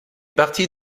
partie